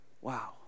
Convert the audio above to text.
Wow